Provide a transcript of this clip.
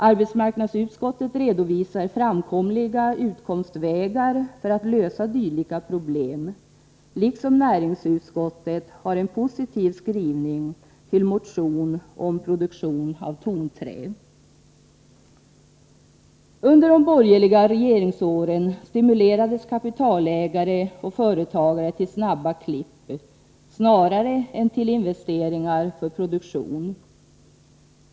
Arbetsmarknadsutskottet redovisar framkomliga utkomstvägar för att lösa dylika problem, och näringsutskottet har en positiv skrivning till motionerna om produktion av tonträ. Under de borgerliga regeringsåren stimulerades kapitalägare och företagare till snabba klipp snarare än till investeringar för produktion.